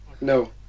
No